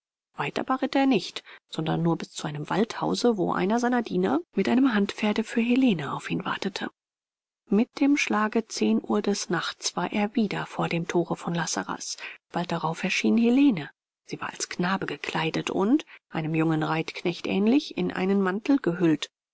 ritt er nicht sondern nur bis zu einem waldhause wo einer seiner diener mit einem handpferde für helene auf ihn wartete mit dem schlage zehn uhr des nachts war er wieder vor dem thore von la sarraz bald darauf erschien helene sie war als knabe gekleidet und einem jungen reitknecht ähnlich in einen mantel gehüllt